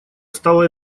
стало